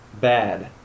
bad